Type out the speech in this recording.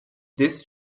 this